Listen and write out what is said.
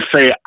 say